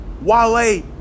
Wale